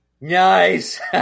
Nice